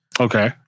Okay